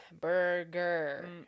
Burger